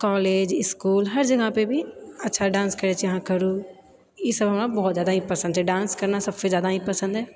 college school हर जगह पर भी अच्छा डान्स करैछी अहाँ करू ई सब हमरा बहुत जादा ही पसन्द छै डान्स करना सबसँ जादा ही पसन्द है